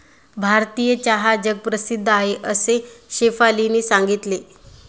भारतीय चहा जगप्रसिद्ध आहे असे शेफालीने सांगितले